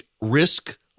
risk